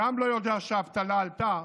גם לא יודע שהאבטלה עלתה,